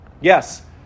Yes